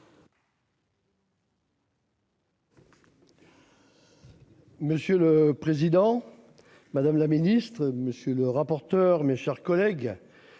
Monsieur le président. Madame la ministre, monsieur le rapporteur. Mes chers collègues.